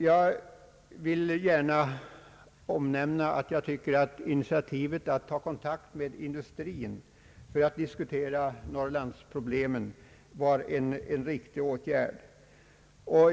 Jag vill gärna omnämna att jag tycker att initiativet att ta kontakt med industrin för att diskutera norrlandsproblemen var en riktig åtgärd.